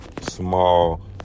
small